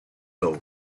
law